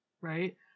right